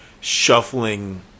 shuffling